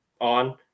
on